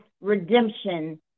redemption